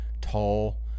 tall